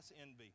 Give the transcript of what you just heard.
envy